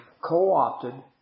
co-opted